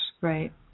Right